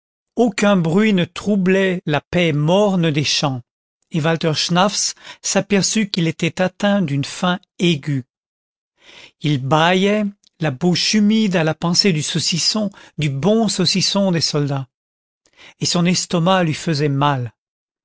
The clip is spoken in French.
aucun bruit ne troublait la paix morne des champs et walter schnaffs s'aperçut qu'il était atteint d'une faim aiguë il bâillait la bouche humide à la pensée du saucisson du bon saucisson des soldats et son estomac lui faisait mal